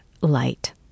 light